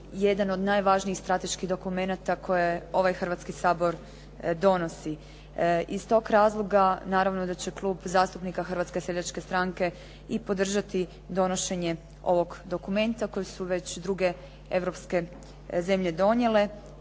jedan od najvažnijih strateških dokumenata koje ovaj Hrvatski sabor donosi. Iz tog razloga naravno da će Klub zastupnika Hrvatske seljačke stranke i podržati donošenje ovog dokumenta koji su već druge europske zemlje donijele